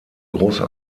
große